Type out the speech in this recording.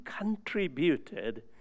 contributed